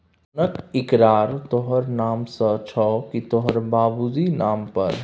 लोनक एकरार तोहर नाम सँ छौ की तोहर बाबुजीक नाम पर